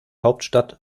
hauptstadt